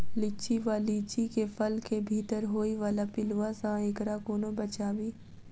लिच्ची वा लीची केँ फल केँ भीतर होइ वला पिलुआ सऽ एकरा कोना बचाबी?